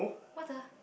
what the